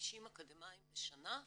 ל-50 אקדמאים בשנה,